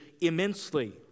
immensely